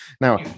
Now